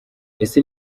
ese